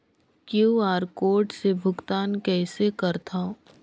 QR code से भुगतान कइसे करथव?